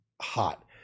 hot